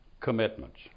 commitments